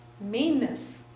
Meanness